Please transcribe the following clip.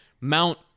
Mount